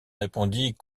répondit